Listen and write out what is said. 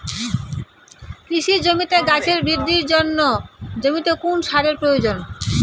কৃষি জমিতে গাছের বৃদ্ধির জন্য জমিতে কোন সারের প্রয়োজন?